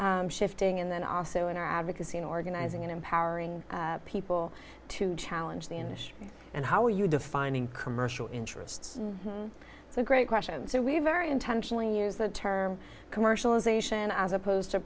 of shifting and then also in our advocacy in organizing and empowering people to challenge the industry and how are you defining commercial interests it's a great question so we very intentionally use the term commercialization as opposed to